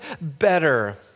better